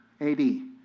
AD